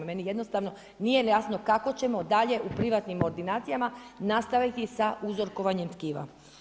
Meni jednostavno nije jasno kako ćemo dalje u privatnim ordinacijama nastaviti za uzorkovanjem tkiva.